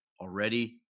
already